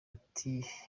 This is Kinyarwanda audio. ati